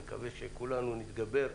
אני מקווה שכולנו נתגבר,